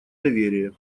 доверие